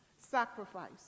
sacrifice